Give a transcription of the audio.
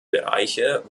bereiche